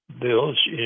bills